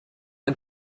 ein